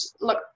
look